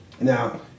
Now